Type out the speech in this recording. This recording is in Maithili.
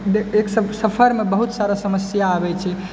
एक सफर मे बहुत सारा समस्या आबै छै